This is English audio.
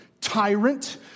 tyrant